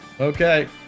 Okay